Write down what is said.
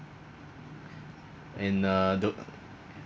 and uh the